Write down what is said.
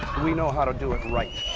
we know how to do it right.